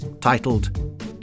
titled